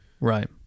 right